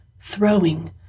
throwing